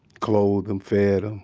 clothed and fed em.